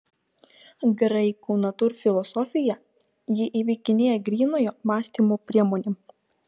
graikų natūrfilosofija jį įveikinėja grynojo mąstymo priemonėm